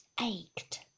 ached